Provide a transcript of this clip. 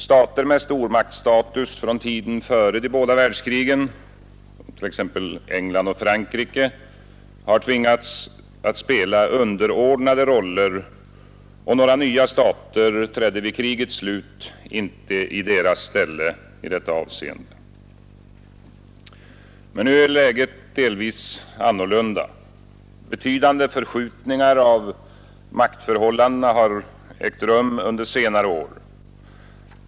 Stater med stormaktsstatus från tiden före de båda världskrigen — såsom England och Frankrike — har tvingats att spela underordnade roller, och några nya stater trädde vid krigets slut inte i deras ställe i detta avseende. Nu är läget delvis annorlunda. Betydande förskjutningar av maktförhållandena har ägt rum under senare år.